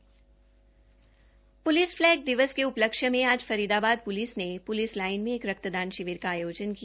police flag दिवस के उपलक्ष्य में आज फरीदाबाद प्लिस ने प्लिस लाइन में रक्तदान शिविर का आयोजन किया